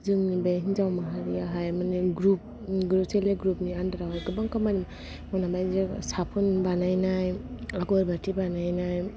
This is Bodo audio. जोंनि बे हिनजाव माहारियाहाय माने सेल्प हेल्प ग्रुपनि आन्दारावहाय गोबां खामानि साफोन बानायनाय आगर बाथि बानायनाय